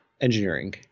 engineering